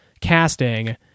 casting